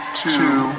two